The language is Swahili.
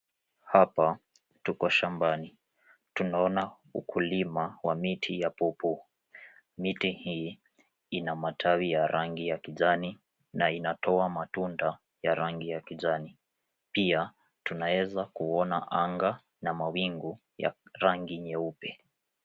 Hapa tuko shambani. Tunaona ukulima ya miti ya pawpaw . Miti hii ina matawi ya rangi ya kijani na inatoa matunda ya rangi ya kijani. Pia tunaweza kuona anga na mawingu ya rangi nyeupe.